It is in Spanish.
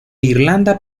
irlanda